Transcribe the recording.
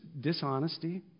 dishonesty